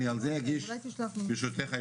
ברשותך,